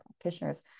practitioners